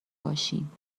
باشیم